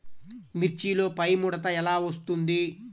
మిర్చిలో పైముడత ఎలా వస్తుంది?